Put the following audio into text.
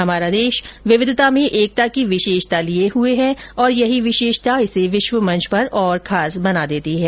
हमारा देश विविधता में एकता की विशेषता लिये हुए है और यही विशेषता इसे विश्व मंच पर और खास बना देती है